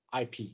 IP